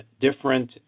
different